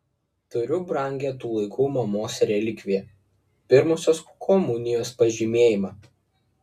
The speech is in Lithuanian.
turiu brangią tų laikų mamos relikviją pirmosios komunijos pažymėjimą